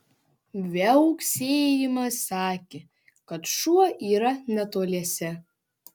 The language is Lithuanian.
viauksėjimas sakė kad šuo yra netoliese